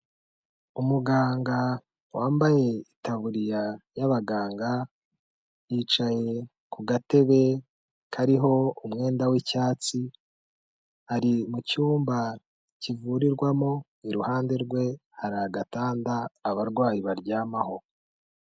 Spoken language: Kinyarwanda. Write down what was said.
Umuganga wambaye itaburiya y'abaganga, yicaye ku gatebe kariho umwenda w'icyatsi, ari mu cyumba kivurirwamo iruhande rwe hari agatanda abarwayi baryamaho.